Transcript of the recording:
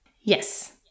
Yes